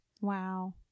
Wow